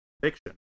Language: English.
fiction